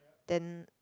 then